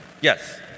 Yes